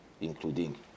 including